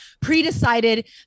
pre-decided